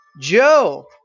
joe